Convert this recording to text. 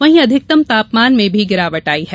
वहीं अधिकतम तापमान में भी गिरावट ऑई है